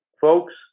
folks